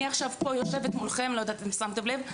אני עכשיו פה יושבת מולכם, לא יודעת אם שמתם לב.